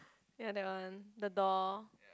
ya that one the door